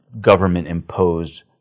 government-imposed